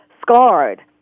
scarred